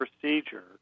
procedure